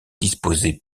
disposait